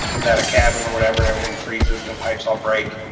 that a cabin or whatever and everything freezes and the pipes all break.